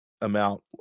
amount